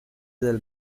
del